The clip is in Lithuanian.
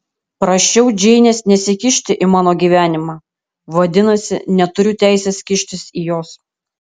prašiau džeinės nesikišti į mano gyvenimą vadinasi neturiu teisės kištis į jos